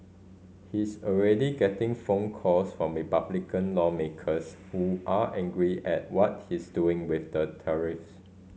he's already getting phone calls from Republican lawmakers who are angry at what he's doing with the tariff